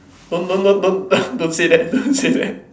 don't don't don't don't don't say that don't say that